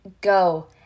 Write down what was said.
go